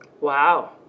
Wow